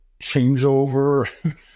changeover